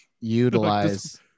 utilize